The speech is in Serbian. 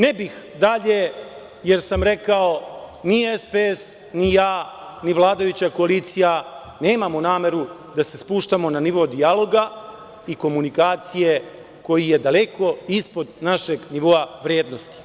Ne bih dalje jer sam rekao – ni SPS, ni ja, ni vladajuća koalicija nemamo nameru da se spuštamo na nivo dijaloga i komunikacije koji je daleko ispod našeg nivoa vrednosti.